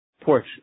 porch